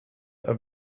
are